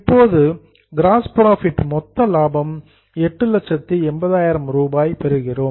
இப்போது gross profit மொத்த லாபம் 880000 ரூபாய் பெறுகிறோம்